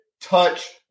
touch